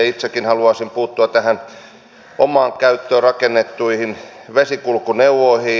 itsekin haluaisin puuttua näihin omaan käyttöön rakennettuihin vesikulkuneuvoihin